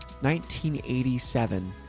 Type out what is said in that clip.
1987